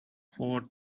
four